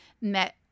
met